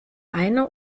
eine